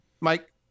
mike